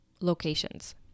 locations